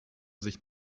sich